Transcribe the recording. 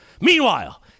Meanwhile